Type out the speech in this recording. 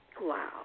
Wow